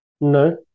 No